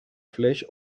flesh